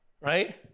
right